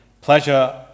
pleasure